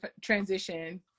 transition